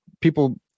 people